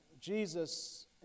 Jesus